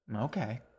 Okay